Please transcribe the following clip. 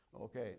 Okay